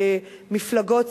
במפלגות,